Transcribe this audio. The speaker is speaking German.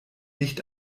nicht